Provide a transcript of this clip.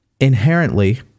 inherently